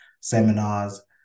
seminars